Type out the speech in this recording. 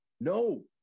No